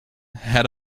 had